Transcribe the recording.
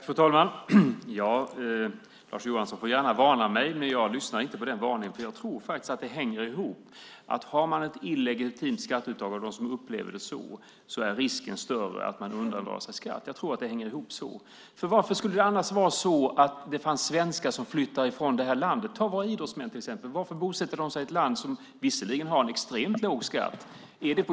Fru talman! Lars Johansson får gärna varna mig, men jag lyssnar inte på den varningen. Jag tror faktiskt att det hänger ihop: Om det sker ett skatteuttag som upplevs som illegitimt är risken större att man undandrar sig skatt. Jag tror att det hänger ihop så. Varför skulle det annars finnas svenskar som flyttar från det här landet? Ta till exempel våra idrottsmän! Varför bosätter de sig i ett land som har extremt låg skatt?